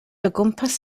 ogwmpas